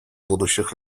будущих